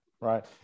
right